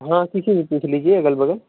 हाँ किसी से पूछ लीजिए अगल बगल